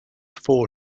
four